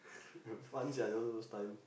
fun sia that one those time